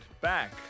back